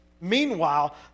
Meanwhile